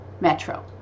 metro